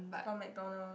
or McDonald